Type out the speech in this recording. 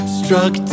struck